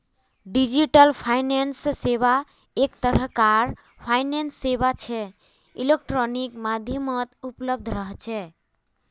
digital finance सेवा एक तरह कार फाइनेंस सेवा छे इलेक्ट्रॉनिक माध्यमत उपलब्ध रह छे